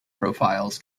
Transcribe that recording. profiles